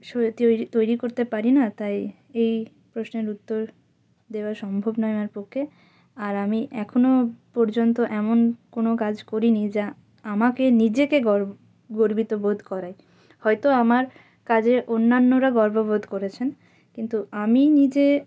তৈরি তৈরি করতে পারি না তাই এই প্রশ্নের উত্তর দেওয়া সম্ভব নয় আমার পক্ষে আর আমি এখনো পর্যন্ত এমন কোনো কাজ করি নি যা আমাকে নিজেকে গর্ব গর্বিত বোধ করায় হয়তো আমার কাজে অন্যান্যরা গর্ববোধ করেছেন কিন্তু আমি নিজে